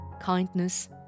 kindness